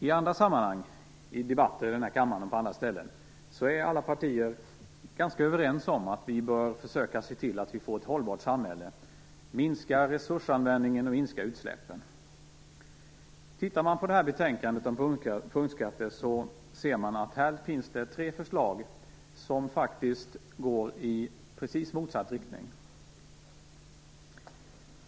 I andra sammanhang, i debatter i denna kammare och på andra ställen, är alla partier överens om att vi bör försöka se till att vi får ett hållbart samhälle, minskar resursanvändningen och minskar utsläppen. Tittar man på det här betänkandet om punktskatter ser man att här finns tre förslag som går i precis motsatt riktning.